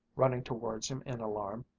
running towards him in alarm.